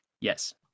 Yes